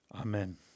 amen